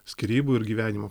skyrybų ir gyvenimo